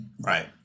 Right